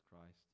Christ